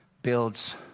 builds